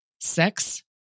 sex